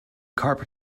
carpet